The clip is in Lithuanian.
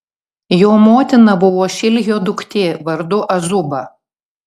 jo motina buvo šilhio duktė vardu azuba